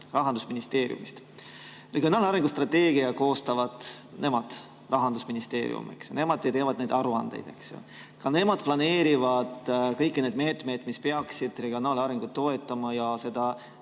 Rahandusministeeriumist. Regionaalarengu strateegia koostavad nemad Rahandusministeeriumis. Nemad teevad neid aruandeid, eks ju. Ka nemad planeerivad kõiki neid meetmeid, mis peaksid regionaalarengut toetama ja